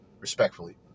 Respectfully